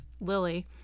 Lily